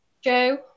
Joe